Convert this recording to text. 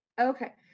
Okay